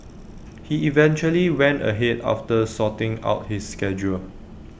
he eventually went ahead after sorting out his schedule